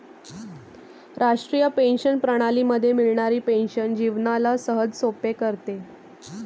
राष्ट्रीय पेंशन प्रणाली मध्ये मिळणारी पेन्शन जीवनाला सहजसोपे करते